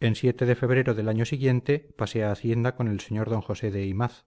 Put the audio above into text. en de febrero del año siguiente pasé a hacienda con el sr d josé de imaz